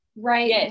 right